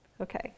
Okay